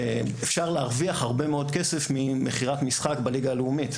אפשר להרוויח הרבה מאוד כסף ממכירת משחק בליגה הלאומית.